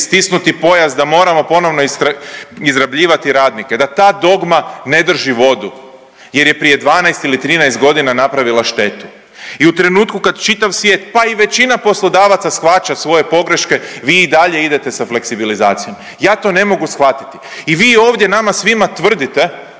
stisnuti pojas, da moramo ponovno izrabljivati radnike. Da ta dogma ne drži vodu, jer je prije 12 ili 13 godina napravila štetu. I u trenutku kad čitav svijet, pa i većina poslodavaca shvaća svoje pogreške vi i dalje idete sa fleksibilizacijom. Ja to ne mogu shvatiti. I vi ovdje nama svima tvrdite